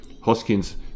Hoskins